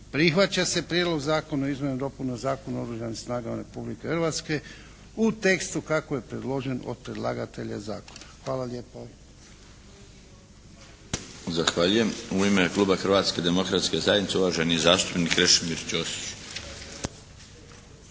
prihvaća se Prijedlog zakona o izmjenama i dopunama Zakona o Oružanih snagama Republike Hrvatske u tekstu kako je predložen od predlagatelja zakona. Hvala lijepa. **Milinović, Darko (HDZ)** Zahvaljujem. U ime kluba Hrvatske demokratske zajednice, uvaženi zastupnik Krešimir Ćosić.